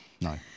No